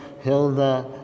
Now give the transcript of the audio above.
Hilda